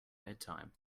bedtime